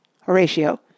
Horatio